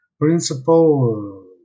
principle